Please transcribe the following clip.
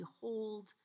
behold